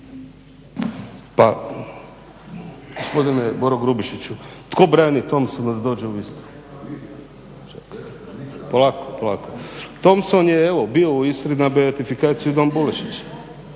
Pa gospodine Boro Grubišiću, tko brani Thompsonu da dođe u Istru? Polako, polako, Thompson je evo bio u Istri na beatifikaciju don Bulešića.